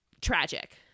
Tragic